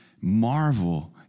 marvel